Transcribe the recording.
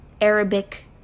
Arabic